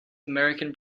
american